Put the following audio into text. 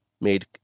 made